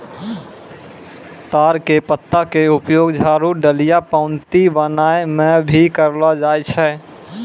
ताड़ के पत्ता के उपयोग झाड़ू, डलिया, पऊंती बनाय म भी करलो जाय छै